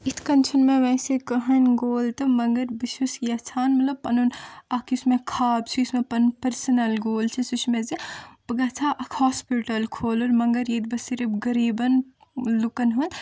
یِتھ کٔنۍ چھنہٕ مےٚ ویسے کٕہٕنۍ گول تہٕ مگر بہٕ چھُس یژھان مطلب پَنُن اَکھ یُس مےٚ خاب چھُ یُس مےٚ پنُن پٔرسٕنل گول چھُ سُہ چھُ مےٚ زِ بہٕ گَژھٕ ہا اَکھ ہاسپِٹل کھولُن مگر ییٚتہِ بہٕ صِرف غریٖبن لُکن ہُند